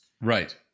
Right